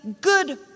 good